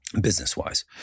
business-wise